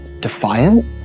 Defiant